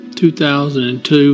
2002